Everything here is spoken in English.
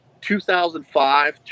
2005